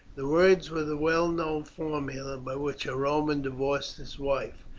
the words were the well known formula by which a roman divorced his wife.